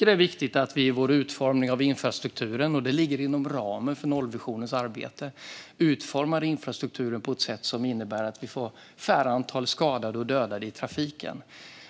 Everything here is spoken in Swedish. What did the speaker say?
Det är viktigt att vi - och det ligger inom ramen för arbetet med nollvisionen - utformar infrastrukturen på ett sätt som innebär att vi får färre skadade och dödade i trafiken.